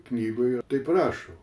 knygoje taip rašo